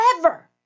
forever